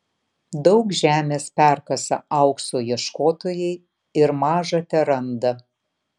daug žemės perkasa aukso ieškotojai ir maža teranda